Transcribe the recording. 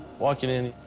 walking in,